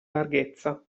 larghezza